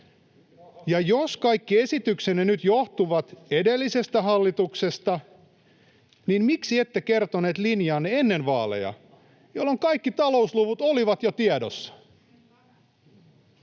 Jos kaikki esityksenne nyt johtuvat edellisestä hallituksesta, miksi ette kertoneet linjaanne ennen vaaleja, jolloin kaikki talousluvut olivat jo tiedossa?